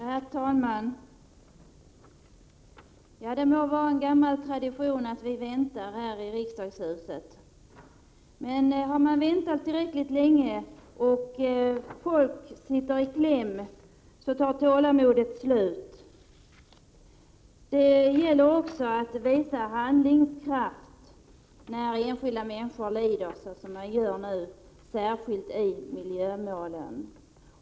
Herr talman! Det må vara en gammal tradition att vi väntar här i riksdagshuset, men har man väntat tillräckligt länge och folk sitter i kläm så tar tålamodet slut. Det gäller också att visa handlingskraft när enskilda människor lider så som de gör nu, särskilt i miljömålen.